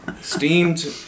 Steamed